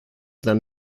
them